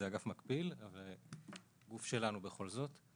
זה אגף מקביל וזה גוף שלנו בכל זאת.